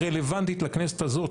הרלוונטית לכנסת הזאת,